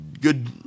good